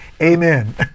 Amen